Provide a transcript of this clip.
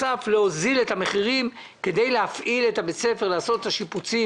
להוזיל את המחירים כדי להפעיל את בית הספר ולעשות את השיפוצים.